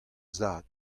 zad